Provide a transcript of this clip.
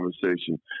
conversation